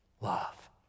love